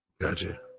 Gotcha